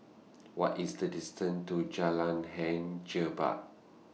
What IS The distance to Jalan Hang Jebat